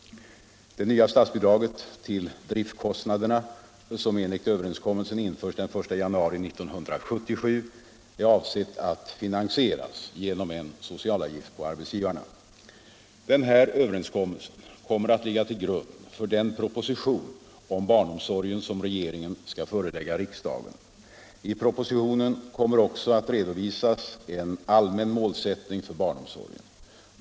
Det nya statsbidraget till driftkostnaderna, som enligt överenskommelsen införs den 1 januari 1977, är avsett att finansieras genom en socialavgift på arbetsgivarna. Denna överenskommelse kommer att ligga till grund för den proposition om barnomsorgen som regeringen skall förelägga riksdagen. I propositionen kommer också att redovisas en allmän målsättning för barnomsorgen.